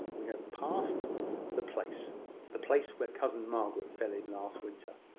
we have passed the place the place where cousin margaret fell in last winter.